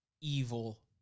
evil